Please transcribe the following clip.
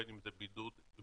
בין אם זה בידוד מקוצר,